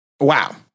Wow